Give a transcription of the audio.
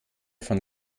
von